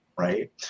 Right